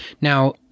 Now